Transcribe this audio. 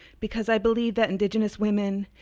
because i believe that indigenous women,